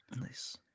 Nice